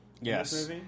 yes